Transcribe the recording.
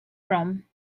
from